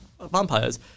vampires